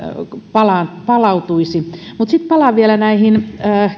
palautuisi mutta sitten palaan vielä näihin